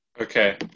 Okay